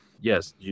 Yes